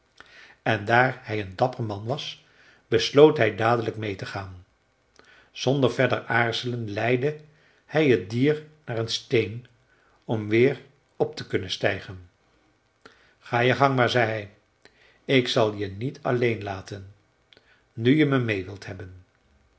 en daar hij een dapper man was besloot hij dadelijk meê te gaan zonder verder aarzelen leidde hij het dier naar een steen om weer op te kunnen stijgen ga je gang maar zei hij ik zal je niet alleen laten nu je me meê wilt hebben